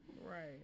Right